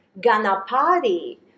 Ganapati